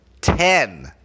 ten